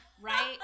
Right